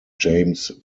james